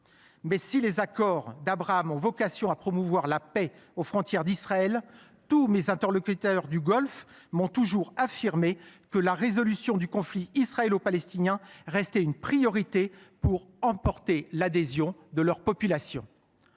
Mais si les accords d’Abraham ont vocation à promouvoir la paix aux frontières d’Israël, tous mes interlocuteurs du Golfe ont toujours affirmé que la résolution du conflit israélo palestinien restait une priorité pour emporter l’adhésion des populations.